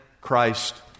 Christ